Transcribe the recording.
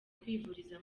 kwivuriza